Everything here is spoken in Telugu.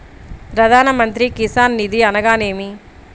ప్రధాన మంత్రి కిసాన్ నిధి అనగా నేమి?